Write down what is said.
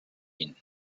ihn